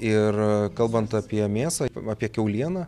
ir kalbant apie mėsą apie kiaulieną